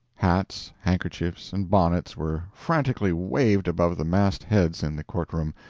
hats, handkerchiefs and bonnets were frantically waved above the massed heads in the courtroom,